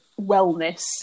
wellness